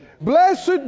Blessed